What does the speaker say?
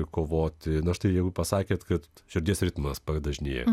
kovoti na štai jeigu pasakėt kad širdies ritmas padažnėja